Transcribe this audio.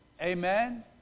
Amen